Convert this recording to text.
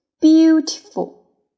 Beautiful